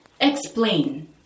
explain